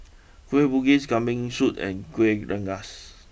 Kueh Bugis Kambing Soup and Kueh Rengas